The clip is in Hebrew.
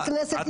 אוי לאותה בושה.